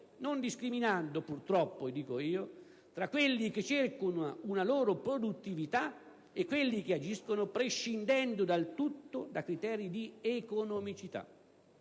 non discriminando - purtroppo, dico io - tra quelli che cercano una loro produttività e quelli che agiscono prescindendo del tutto da criteri di economicità.